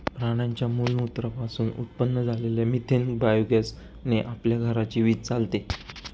प्राण्यांच्या मलमूत्रा पासून उत्पन्न झालेल्या मिथेन बायोगॅस ने आपल्या घराची वीज चालते